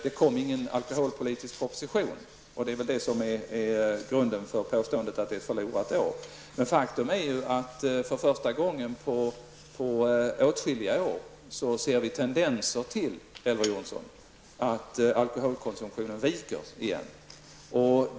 Det kom ingen alkoholpolitisk proposition, sade han, och det var väl grunden för påståendet om ett förlorat år. Men faktum är att vi för första gången på åtskilliga år ser tendenser till att alkoholkonsumtionen viker, Elver Jonsson.